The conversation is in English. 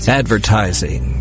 advertising